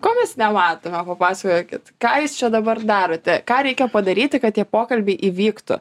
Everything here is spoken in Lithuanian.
ko mes nematome papasakokit ką jūs čia dabar darote ką reikia padaryti kad tie pokalbiai įvyktų